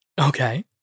Okay